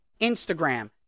Instagram